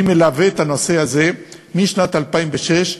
אני מלווה את הנושא הזה משנת 2006,